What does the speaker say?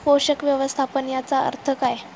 पोषक व्यवस्थापन याचा अर्थ काय?